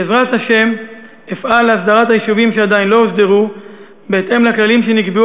בעזרת השם אפעל להסדרת היישובים שעדיין לא הוסדרו בהתאם לכללים שנקבעו